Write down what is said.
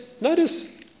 notice